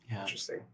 Interesting